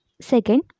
second